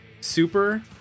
Super